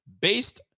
Based